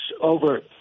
over